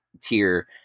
tier